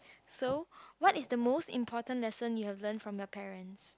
so what is the most important lesson you have learnt from your parents